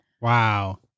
Wow